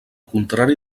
contrari